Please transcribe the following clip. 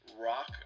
rock